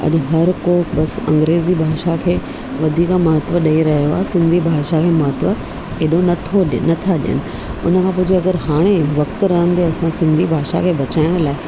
अॼु हर को बसि अंग्रेज़ी भाषा खे वधीक महत्व ॾेई रहियो आहे सिंधी भाषा खे महत्व एॾो नथो ॾे नथा ॾियनि उनखां पोइ जे अगरि हाणे वक़्तु रहंदे असां सिंधी भाषा खे बचाइण लाइ